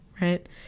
right